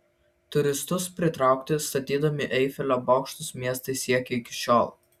turistus pritraukti statydami eifelio bokštus miestai siekia iki šiol